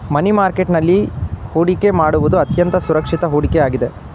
ಮನಿ market ನಲ್ಲಿ ಹೊಡಿಕೆ ಮಾಡುವುದು ಅತ್ಯಂತ ಸುರಕ್ಷಿತ ಹೂಡಿಕೆ ಆಗಿದೆ